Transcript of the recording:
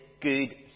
good